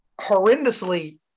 horrendously